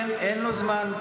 כן, אין לו זמן.